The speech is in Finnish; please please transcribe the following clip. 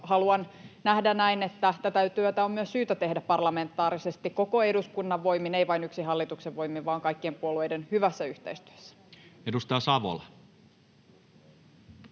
haluan nähdä näin, että tätä työtä on syytä tehdä myös parlamentaarisesti koko eduskunnan voimin, ei vain yksin hallituksen voimin vaan kaikkien puolueiden hyvässä yhteistyössä. [Speech